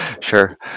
Sure